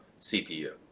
cpu